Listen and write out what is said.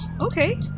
Okay